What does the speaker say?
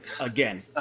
again